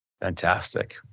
Fantastic